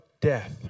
death